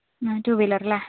ആ two wheeler അല്ലേ